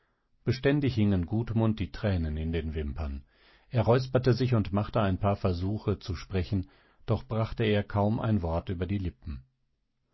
beständig hingen gudmund die tränen in den wimpern er räusperte sich und machte ein paar versuche zu sprechen doch brachte er kaum ein wort über die lippen